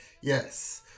Yes